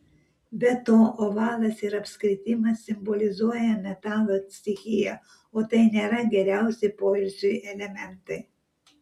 be to ovalas ir apskritimas simbolizuoja metalo stichiją o tai nėra geriausi poilsiui elementai